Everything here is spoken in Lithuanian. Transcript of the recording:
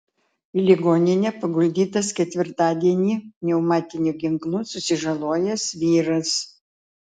į ligoninę paguldytas ketvirtadienį pneumatiniu ginklu susižalojęs vyras